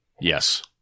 Yes